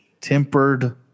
tempered